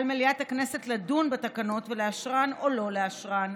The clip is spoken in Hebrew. על מליאת הכנסת לדון בתקנות ולאשרן או לא לאשרן.